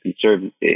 Conservancy